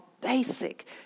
basic